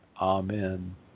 Amen